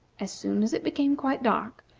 as soon as it became quite dark,